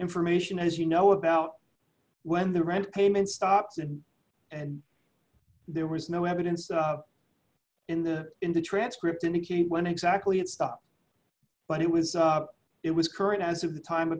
information as you know about when the rent payments started and there was no evidence in the in the transcript indicating when exactly it's up but it was it was current as of the time